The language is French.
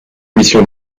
mission